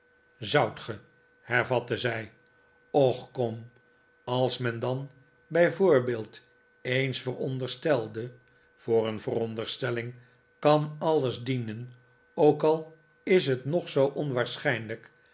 ge hervatte zij och kom als men dan bij voorbeeld eens veronderstelde voor een veronderstelling kan alles dienen ook al is het nog zoo onwaarschijnlijk